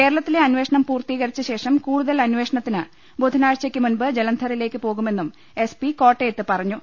കേര ളത്തിലെ അന്വേഷണം പൂർത്തീകരിച്ച ശേഷം കൂടുതൽ അന്വേ ഷണത്തിന് ബുധനാഴ്ചക്ക് മുൻപ് ജലന്ധറിലേക്ക് പോകുമെന്നും എസ്പി കോട്ടയത്ത് പറഞ്ഞു